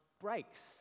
breaks